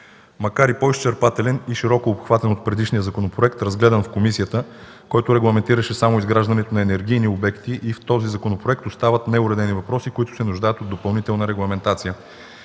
Макар и по-изчерпателен и широкообхватен от предишния законопроект, разгледан в комисията, който регламентираше само изграждането на енергийни обекти, и в този законопроект остават неуредени въпроси, които се нуждаят от допълнителна регламентация.